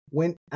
went